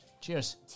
Cheers